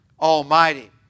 Almighty